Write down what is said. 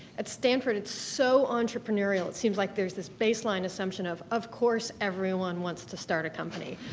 at stanford it's so entrepreneurial. it seems like there's this baseline assumption of, of course everyone wants to start a company.